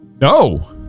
No